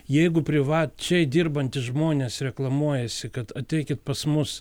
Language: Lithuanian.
jeigu privačiai dirbantys žmonės reklamuojasi kad ateikit pas mus